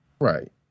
Right